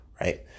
right